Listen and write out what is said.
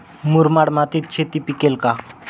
मुरमाड मातीत शेती पिकेल का?